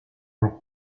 por